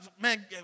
man